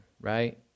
right